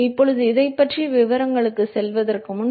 இப்போது இதைப் பற்றிய விவரங்களுக்குச் செல்வதற்கு முன்